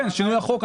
כן, שינוי החוק.